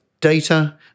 data